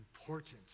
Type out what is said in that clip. important